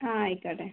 ആ ആയിക്കോട്ടെ